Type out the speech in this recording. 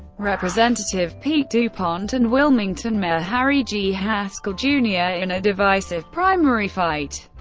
representative pete du pont and wilmington mayor harry g. haskell jr. in a divisive primary fight.